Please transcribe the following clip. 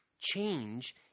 change